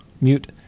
mute